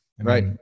Right